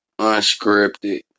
Unscripted